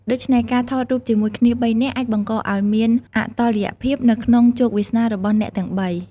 ដូច្នេះ ការថតរូបជាមួយគ្នាបីនាក់អាចបង្កឱ្យមានអតុល្យភាពនៅក្នុងជោគវាសនារបស់អ្នកទាំងបី។